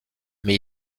mais